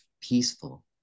peaceful